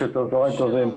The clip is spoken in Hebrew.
צוהריים טובים.